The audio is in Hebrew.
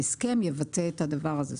ההסכם יבצע את הדבר הזה.